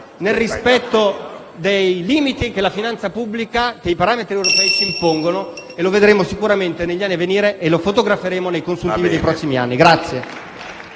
nel rispetto dei limiti che la finanza pubblica e che i parametri europei ci impongono. Lo vedremo sicuramente negli anni a venire e verrà fotografato nei consuntivi dei prossimi anni.